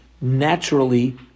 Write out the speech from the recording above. naturally